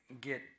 get